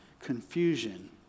confusion